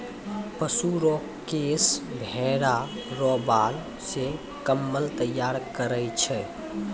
पशु रो केश भेड़ा रो बाल से कम्मल तैयार करै छै